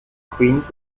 queens